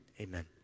Amen